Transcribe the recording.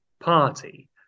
party